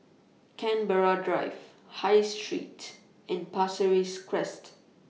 Canberra Drive High Street and Pasir Ris Crest